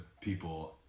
people